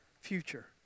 future